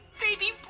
baby